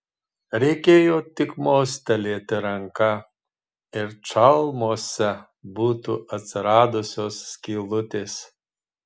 reikėjo tik mostelėti ranka ir čalmose būtų atsiradusios skylutės